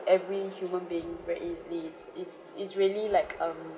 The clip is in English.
every human being very easily it's it's it's really like um